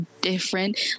different